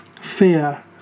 fear